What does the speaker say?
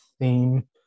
theme